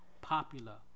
popular